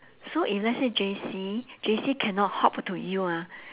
so if let's say J_C J_C cannot hop to U ah